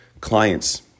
clients